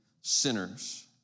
sinners